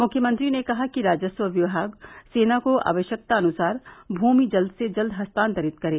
मुख्यमंत्री ने कहा कि राजस्व विभाग सेना को आवश्यकता अनुसार भूमि जल्द से जल्द हस्तानांतरित करे